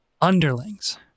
underlings